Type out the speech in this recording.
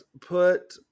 put